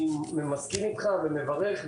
אני מסכים ומברך.